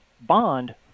Bond